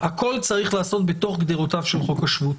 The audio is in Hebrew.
הכול צריך להיעשות בגדרותיו של חוק השבות,